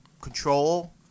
control